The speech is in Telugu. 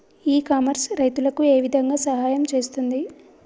ఇ కామర్స్ రైతులకు ఏ విధంగా సహాయం చేస్తుంది?